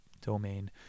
domain